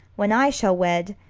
when i shall wed,